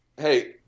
Hey